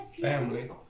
family